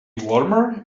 warmer